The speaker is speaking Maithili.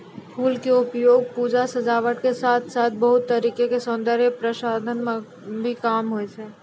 फूल के उपयोग पूजा, सजावट के साथॅ साथॅ बहुत तरह के सौन्दर्य प्रसाधन मॅ भी होय छै